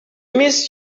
miss